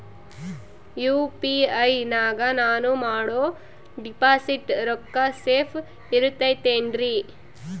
UPI ನಾಗ ನಾನು ಮಾಡೋ ಡಿಪಾಸಿಟ್ ರೊಕ್ಕ ಸೇಫ್ ಇರುತೈತೇನ್ರಿ?